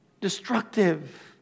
destructive